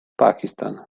pakistan